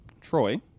Troy